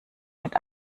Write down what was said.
mit